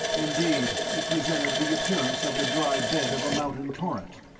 indeed it presented the appearance of the dry bed of a mountain torrent,